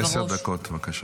בבקשה.